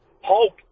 Hulk